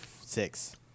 six